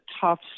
tough